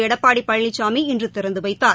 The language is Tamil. எடப்பாடி பழனிசாமி இன்று திறந்து வைத்தார்